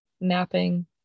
napping